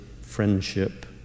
friendship